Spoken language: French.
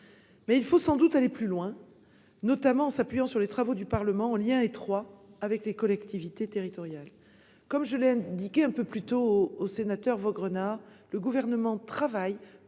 Mais il faut sans doute aller plus loin, notamment en s'appuyant sur les travaux du Parlement, en lien étroit avec les collectivités territoriales. Je l'ai indiqué en répondant à la question du sénateur Vaugrenard, le Gouvernement travaille